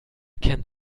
kennt